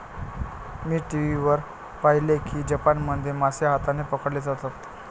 मी Twitter वर पाहिले की जपानमध्ये मासे हाताने पकडले जातात